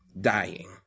dying